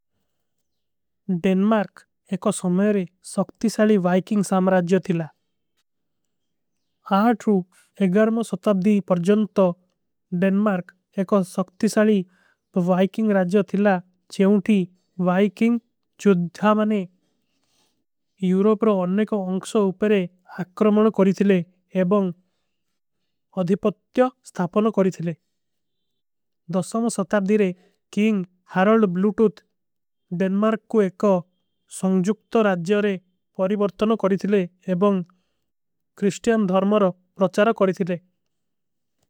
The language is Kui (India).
ଡେନ୍ମାର୍କ ଏକୋ ସମଯରେ ସକ୍ତିସାଲୀ ଵାଇକିଂଗ ସାମରାଜ୍ଯୋ ଥିଲା। ଆହାଠୂ ଏଗର୍ମ ସତାପଦୀ ପର ଜନ୍ତୋ ଡେନ୍ମାର୍କ ଏକୋ ସକ୍ତିସାଲୀ। ଵାଇକିଂଗ ରାଜ୍ଯୋ ଥିଲା ଚେଉଂଠୀ ଵାଇକିଂଗ ଚୁଧ୍ଧା ମନେ ଯୂରୋପର। ଅନନେ କୋ ଅଂକ୍ଷଵ ଉପରେ ଆକ୍ରମନ କରୀ। ଥିଲେ ଏବଂଗ ଅଧିପତ୍ଯ ସ୍ଥାପନ କରୀ ଥିଲେ। ଦସମ ସତାପଦୀରେ। କିଂଗ ହରଲ ବ୍ଲୂଟୂଥ ଡେନ୍ମାର୍କ କୋ ଏକ ସଂଜୁକ୍ତ ରାଜ୍ଯୋରେ। ପରିଵର୍ତନ କରୀ ଥିଲେ ଏବଂଗ କ୍ରିଷ୍ଟିଯାନ ଧର୍ମର ପ୍ରଚାର କରୀ ଥିଲେ।